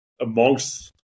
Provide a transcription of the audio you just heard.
amongst